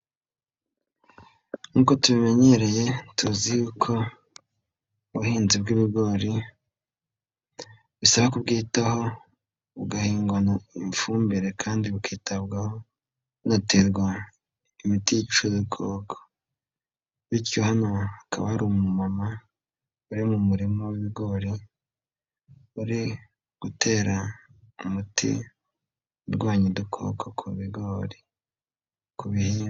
Nk'uko tubimenyereye, tuzi uko ubuhinzi bw'ibigori ,bisaba kubyitaho bugahingwa ifumbire kandi bukitabwaho bugaterwa imiti yica ubukoko bityo hano hakaba ari umumama, uri mu murima w'ibigori, uri gutera umuti urwanya udukoko ku bigori, ku bihingwa.